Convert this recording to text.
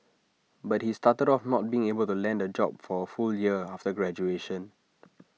but he started off not being able to land A job for A full year after graduation